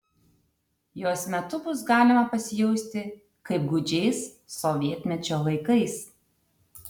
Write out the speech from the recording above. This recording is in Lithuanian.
jos metu bus galima pasijausti kaip gūdžiais sovietmečio laikais